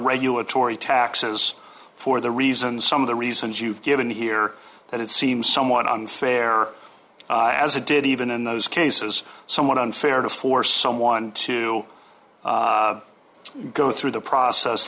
regulatory taxes for the reasons some of the reasons you've given here that it seems somewhat unfair as a did even in those cases somewhat unfair to force someone to go through the process